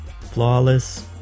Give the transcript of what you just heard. flawless